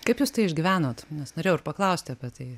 kaip jūs tai išgyvenot nes norėjau ir paklausti apie tai